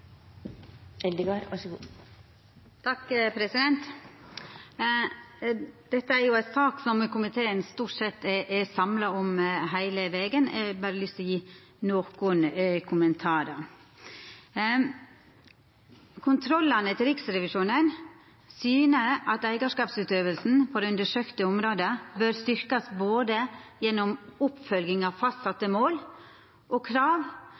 jo ei sak som komiteen stort sett har vore samla om heile vegen, men eg har berre lyst til å gje nokre kommentarar. Kontrollane til Riksrevisjonen syner at eigarskapsutøvinga på dei undersøkte områda bør styrkast, både gjennom oppfølging av fastsette mål og krav